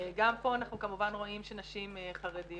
גם פה אנחנו כמובן רואים שנשים חרדיות,